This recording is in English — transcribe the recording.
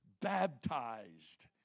baptized